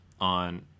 on